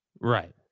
Right